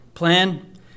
Plan